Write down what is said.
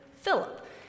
Philip